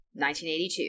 1982